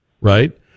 right